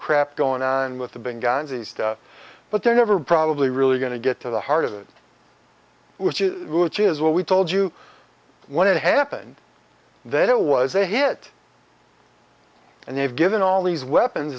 crap going on with the big guns but they're never probably really going to get to the heart of it which is what we told you when it happened then it was a hit and they've given all these weapons